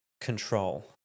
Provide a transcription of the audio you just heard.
control